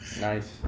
Nice